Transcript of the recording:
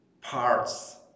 parts